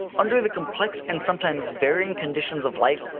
under the complex and sometimes varying conditions of life,